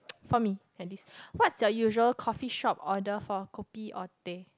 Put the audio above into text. for me at least what's your usual coffee shop order for kopi or teh